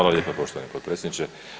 lijepa poštovani potpredsjedniče.